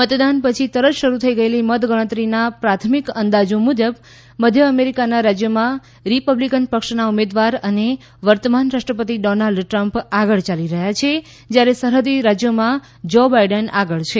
મતદાન પછી તરત શરૂ થઈ ગયેલી મતગણતરીના પ્રાથમિક અંદાજો મુજબ મધ્ય અમેરિકાના રાજ્યોમાં રીપબ્લીકન પક્ષના ઉમેદવાર અને વર્તમાન રાષ્ટ્રપતિ ડોનાલ્ડ ટ્રમ્પ આગળ ચાલી રહ્યા છે જ્યારે સરહદી રાજ્યોમાં જો બાઇડેન આગળ છે